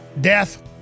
death